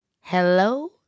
Hello